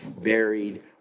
buried